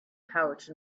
pouch